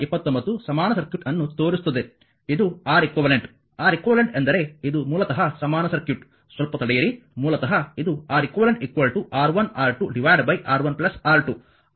29 ಸಮಾನ ಸರ್ಕ್ಯೂಟ್ ಅನ್ನು ತೋರಿಸುತ್ತದೆ ಇದು R eq R eq ಎಂದರೆ ಇದು ಮೂಲತಃ ಸಮಾನ ಸರ್ಕ್ಯೂಟ್ ಸ್ವಲ್ಪ ತಡೆಯಿರಿ ಮೂಲತಃ ಇದು Req R1R2 R1 R2 ಆದ್ದರಿಂದ ಇದು ನೋಡ್ 1 ಇದು ನೋಡ್ 2 ಆಗಿದೆ